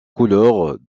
couleurs